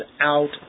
out